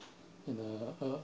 in uh a